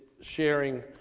sharing